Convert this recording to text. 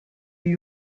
gli